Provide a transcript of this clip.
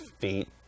feet